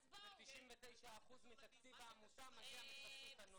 אז בואו --- ב-99% מתקציב העמותה מגיע מחסות הנוער.